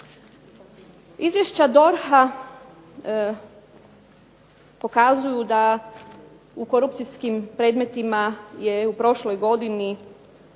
Izvješća DORH-a pokazuju da u korupcijskim predmetima je i u prošloj godini